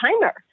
timer